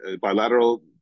bilateral